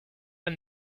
pas